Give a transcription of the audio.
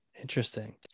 interesting